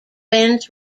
benz